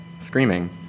screaming